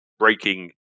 breaking